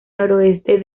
noroeste